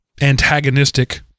antagonistic